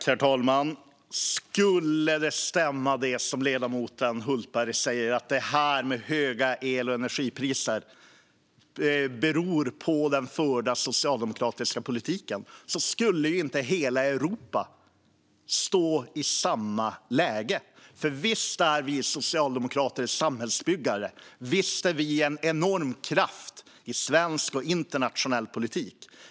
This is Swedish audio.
Herr talman! Om det skulle stämma, det som ledamoten Hultberg säger om att de höga el och energipriserna beror på den förda socialdemokratiska politiken, skulle ju inte hela Europa stå i samma läge. För visst är vi socialdemokrater samhällsbyggare. Visst är vi en enorm kraft i svensk och internationell politik.